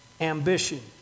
ambition